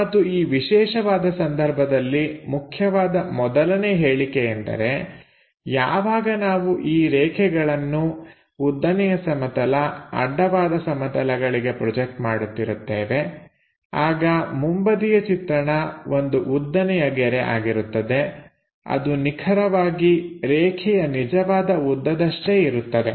ಮತ್ತು ಈ ವಿಶೇಷವಾದ ಸಂದರ್ಭದಲ್ಲಿ ಮುಖ್ಯವಾದ ಮೊದಲನೇ ಹೇಳಿಕೆ ಎಂದರೆ ಯಾವಾಗ ನಾವು ಈ ರೇಖೆಗಳನ್ನು ಉದ್ದನೆಯ ಸಮತಲ ಅಡ್ಡವಾದ ಸಮತಲಗಳಿಗೆ ಪ್ರೊಜೆಕ್ಟ್ ಮಾಡುತ್ತಿರುತ್ತೇವೆ ಆಗ ಮುಂಬದಿಯ ಚಿತ್ರಣ ಒಂದು ಉದ್ದನೆಯ ಗೆರೆ ಆಗಿರುತ್ತದೆ ಅದು ನಿಖರವಾಗಿ ರೇಖೆಯ ನಿಜವಾದ ಉದ್ದದಷ್ಟೇ ಇರುತ್ತದೆ